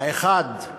האחד הוא